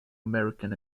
american